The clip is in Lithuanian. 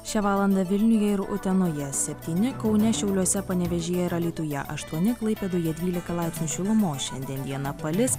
šią valandą vilniuje ir utenoje septyni kaune šiauliuose panevėžyje ir alytuje aštuoni klaipėdoje trylika laipsnių šilumos šiandien dieną palis